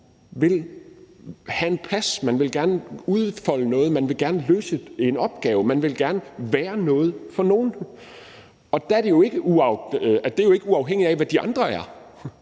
vil have en plads; man vil gerne udfolde noget; man vil gerne løse en opgave; man vil gerne være noget for nogen. Og det er jo ikke uafhængigt af, hvad de andre er.